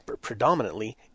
predominantly